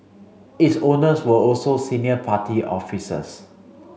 its owners were also senior party officers